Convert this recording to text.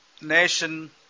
nation